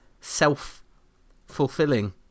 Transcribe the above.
self-fulfilling